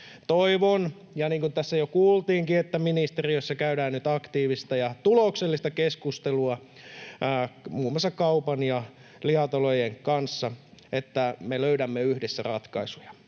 Toivon — ja niin kuin tässä jo kuultiinkin, että ministeriössä käydään nyt aktiivista ja tuloksellista keskustelua muun muassa kaupan ja lihatalojen kanssa — että me löydämme yhdessä ratkaisuja.